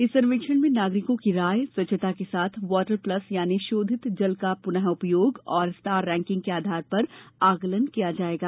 इस सर्वेक्षण में नागरिकों की राय स्वच्छता के साथ वाटर प्लस यानि शोधित जल का पुनः उपयोग और स्टार रैंकिंग के आधार पर आंकलन किया जाएगा